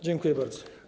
Dziękuję bardzo.